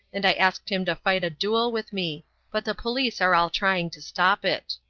and i asked him to fight a duel with me but the police are all trying to stop it.